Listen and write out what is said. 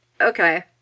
Okay